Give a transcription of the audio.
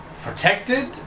protected